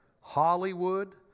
Hollywood